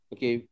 Okay